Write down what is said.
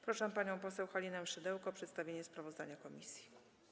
Proszę panią poseł Halinę Szydełko o przedstawienie sprawozdania komisji.